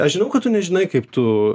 aš žinau kad tu nežinai kaip tu